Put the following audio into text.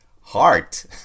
heart